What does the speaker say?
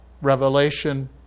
Revelation